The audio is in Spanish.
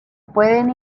pueden